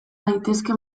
daitezke